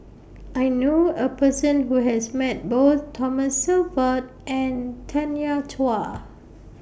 I knew A Person Who has Met Both Thomas Shelford and Tanya Chua